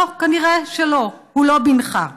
לא,